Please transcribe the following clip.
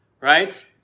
right